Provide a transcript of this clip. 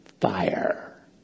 fire